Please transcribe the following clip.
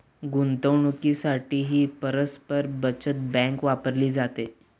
गुंतवणुकीसाठीही परस्पर बचत बँक वापरली जाते